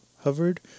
hovered